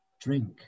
drink